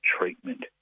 treatment